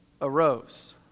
arose